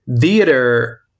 theater